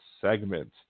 segment